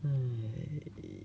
mm